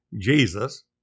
Jesus